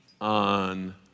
on